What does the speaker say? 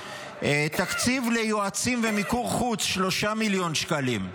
תקציב ליועצים במיקור חוץ, 3 מיליון שקלים.